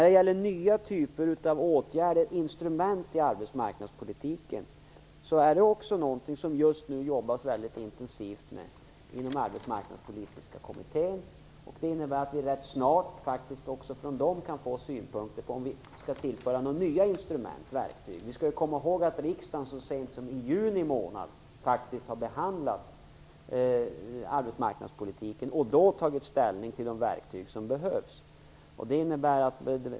Det arbetas dessutom inom Arbetsmarknadspolitiska kommittén mycket intensivt med frågan om nya typer av instrument i arbetsmarknadspolitiken. Vi kommer faktiskt också från den rätt snart att kunna få synpunkter på om det skall införas några nya sådana verktyg. Vi skall dock komma ihåg att riksdagen faktiskt så sent som i juni månad faktiskt har behandlat arbetsmarknadspolitiken och då tog ställning till de verktyg som behövs.